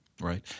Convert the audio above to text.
Right